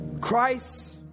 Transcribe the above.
Christ